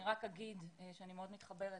אני רק אגיד שאני מאוד מתחברת,